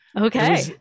Okay